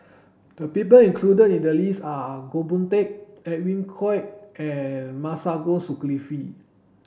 the people included in the list are Goh Boon Teck Edwin Koek and Masagos Zulkifli